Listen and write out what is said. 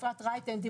אפרת רייטן מרום,